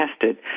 tested